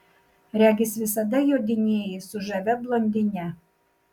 regis visada jodinėji su žavia blondine